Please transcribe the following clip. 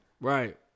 Right